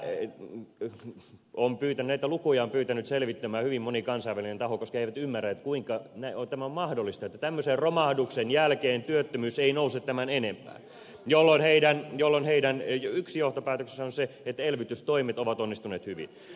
näitä lukuja on pyytänyt selvittämään hyvin moni kansainvälinen taho koska he eivät ymmärrä kuinka tämä on mahdollista että tämmöisen romahduksen jälkeen työttömyys ei nouse tämän enempää jolloin heidän yksi johtopäätöksensä on se että elvytystoimet ovat onnistuneet hyvin